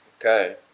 Okay